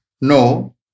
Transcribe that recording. No